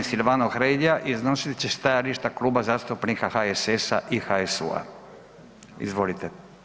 G. Silvano Hrelja iznosit će stajališta Kluba zastupnika HSS-a i HSU, izvolite.